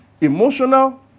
emotional